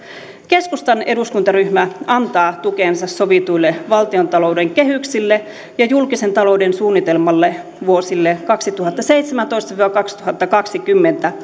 keskustan eduskuntaryhmä antaa tukensa sovituille valtiontalouden kehyksille ja julkisen talouden suunnitelmalle vuosille kaksituhattaseitsemäntoista viiva kaksituhattakaksikymmentä